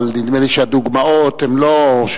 אבל נדמה לי שהדוגמאות הן לא שוות,